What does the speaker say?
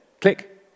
Click